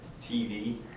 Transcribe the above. TV